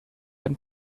and